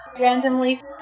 randomly